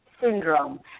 syndrome